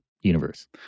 universe